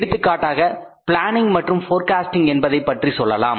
எடுத்துக்காட்டாக பிளானிங் மற்றும் போர்காஸ்டிங் என்பதை பற்றி சொல்லலாம்